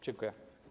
Dziękuję.